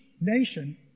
nation